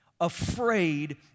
afraid